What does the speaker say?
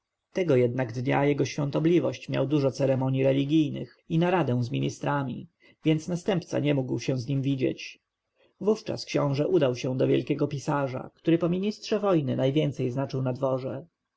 tego jednak dnia jego świątobliwość miał dużo ceremonij religijnych i naradę z ministrami więc następca nie mógł się z nim widzieć wówczas książę udał się do wielkiego pisarza który po ministrze wojny najbardziej znaczył na dworze